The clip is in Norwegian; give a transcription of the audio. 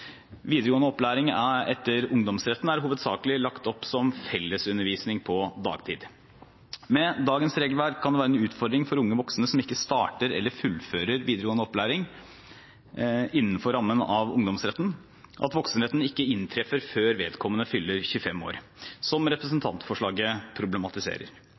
Videregående opplæring etter ungdomsretten er hovedsakelig lagt opp som fellesundervisning på dagtid. Med dagens regelverk kan det være en utfordring for unge voksne som ikke starter eller fullfører videregående opplæring innenfor rammen av ungdomsretten, at voksenretten ikke inntreffer før vedkommende fyller 25 år – som representantforslaget problematiserer.